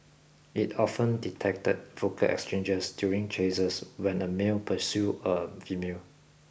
it often detected vocal exchanges during chases when a male pursue a female